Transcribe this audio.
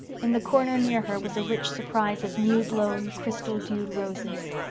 in the corner near her was a rich surprise of new-blown, crystal-dewed roses.